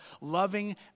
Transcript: loving